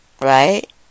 Right